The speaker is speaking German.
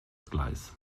gleis